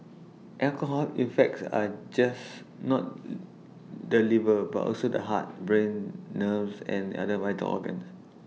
alcohol affects are just not the liver but also the heart brain nerves and other vital organs